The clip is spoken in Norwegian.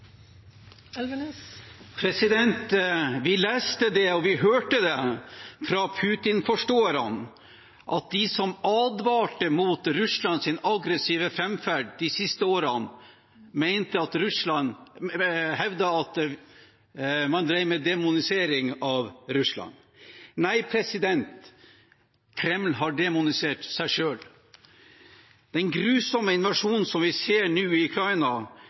på. Vi leste det, og vi hørte det fra Putin-forståerne. De som advarte mot Russlands aggressive framferd de siste årene, drev med demonisering av Russland. Nei, Kreml har demonisert seg sjøl. Den grusomme invasjonen som vi ser nå i